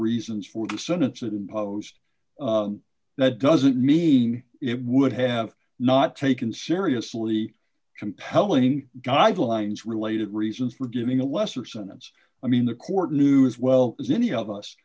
reasons for the sentence it imposed that doesn't mean it would have not taken seriously compelling guidelines related reasons for giving a lesser sentence i mean the court knew as well as any of us